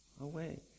away